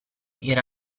era